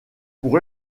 pour